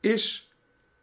is